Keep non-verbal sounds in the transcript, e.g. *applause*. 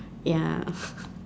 ya *breath*